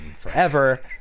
forever